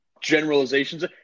generalizations